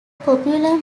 popular